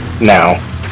Now